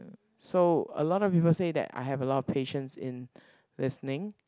so a lot of people say that I have a lot of patience in listening